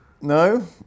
No